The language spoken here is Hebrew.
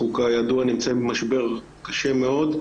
אנחנו, כידוע, נמצאים במשבר קשה מאוד,